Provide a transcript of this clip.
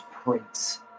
prince